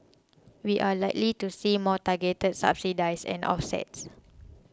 we are likely to see more targeted subsidies and offsets